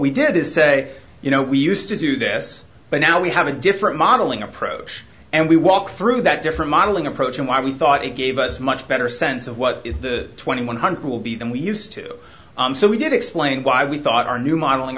we did is say you know we used to do this but now we have a different modeling approach and we walked through that different modeling approach and why we thought it gave us a much better sense of what the twenty one hundred will be than we used to so we did explain why we thought our new modeling